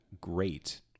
Great